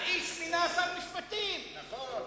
האיש שמינה שר משפטים, נכון.